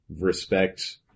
respect